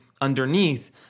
underneath